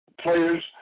Players